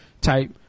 type